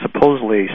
supposedly